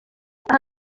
aha